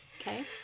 Okay